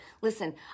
Listen